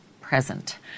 present